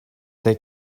they